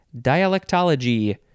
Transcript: Dialectology